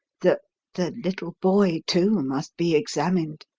the the little boy, too, must be examined,